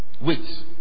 Wait